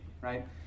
right